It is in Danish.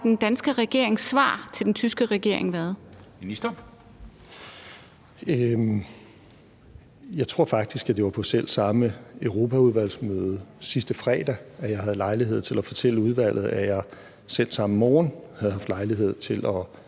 Ministeren. Kl. 13:34 Justitsministeren (Nick Hækkerup): Jeg tror faktisk, det var på selv samme europaudvalgsmøde sidste fredag, at jeg havde lejlighed til at fortælle udvalget, at jeg selv samme morgen havde haft lejlighed til at